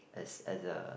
as as a